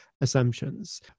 assumptions